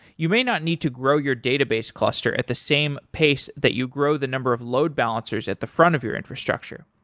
you may not need to grow your database cluster at the same pace that you grow the number of load balancers at the front of your infrastructure.